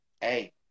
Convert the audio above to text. hey